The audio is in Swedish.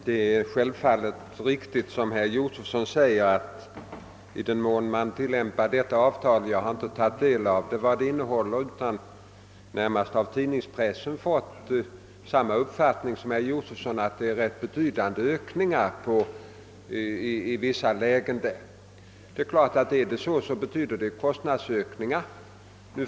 Herr talman! Det är självfallet riktigt som herr Josefsson i Halmstad säger. Jag har emellertid inte närmare tagit del av avtalets innehåll men har av tidningspressen fått samma uppfattning som herr Josefsson, nämligen att det är fråga om rätt betydande ökningar i vissa fall. Förhåller det sig så innebär det givetvis kostnadsökningar.